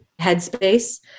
headspace